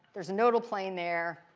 there's a nodal plane there.